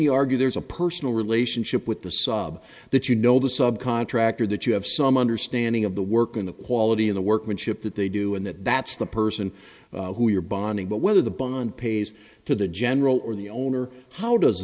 you argue there's a personal relationship with the sob that you know the sub contractor that you have some understanding of the work and the quality of the workmanship that they do and that that's the person who you're bonding but whether the bond pays to the general or the owner how does